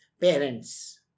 parents